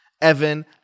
Evan